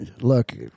look